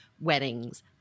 weddings